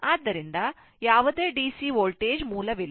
ಆದ್ದರಿಂದ ಯಾವುದೇ DC voltage ಮೂಲವಿಲ್ಲ